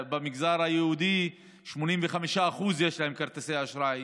במגזר היהודי ל-85% יש כרטיסי אשראי.